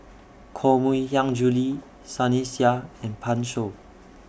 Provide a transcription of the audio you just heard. Koh Mui Hiang Julie Sunny Sia and Pan Shou